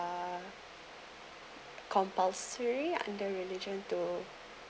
uh compulsory under religion to